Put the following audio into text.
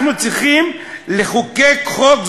אנחנו צריכים לחוקק חוק,